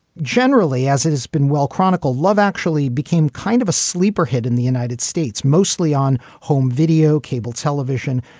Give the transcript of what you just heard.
generally, as it has been well-chronicled love actually became kind of a sleeper hit in the united states, mostly on home video, cable television,